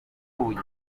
uvuye